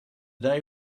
day